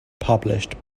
published